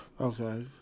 Okay